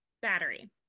battery